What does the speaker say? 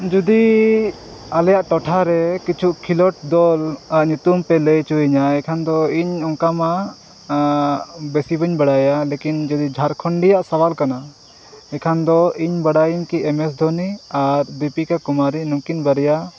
ᱡᱩᱫᱤ ᱟᱞᱮᱭᱟᱜ ᱴᱚᱴᱷᱟᱨᱮ ᱠᱤᱪᱷᱩ ᱠᱷᱮᱞᱳᱰ ᱫᱚᱞ ᱟᱸᱜ ᱧᱩᱛᱩᱢ ᱯᱮ ᱞᱟᱹᱭ ᱚᱪᱚᱭᱤᱧᱟᱹ ᱮᱱᱠᱷᱟᱱ ᱫᱚ ᱤᱧ ᱚᱱᱠᱟ ᱢᱟ ᱵᱮᱥᱤ ᱵᱟᱹᱧ ᱵᱟᱲᱟᱭᱟ ᱞᱮᱠᱤᱱ ᱡᱩᱫᱤ ᱡᱷᱟᱲᱠᱷᱚᱱᱰᱤᱭᱟᱜ ᱥᱟᱣᱟᱞ ᱠᱚᱱᱟ ᱮᱱᱠᱷᱟᱱ ᱫᱚ ᱤᱧ ᱵᱟᱰᱟᱭᱟᱹᱧ ᱠᱤ ᱮᱢ ᱮᱥ ᱫᱷᱚᱱᱤ ᱟᱨ ᱫᱤᱯᱤᱠᱟ ᱠᱩᱢᱟᱨᱤ ᱱᱩᱠᱤᱱ ᱵᱟᱨᱭᱟ